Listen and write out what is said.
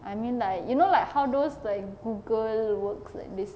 I mean like you know like how those like google works like this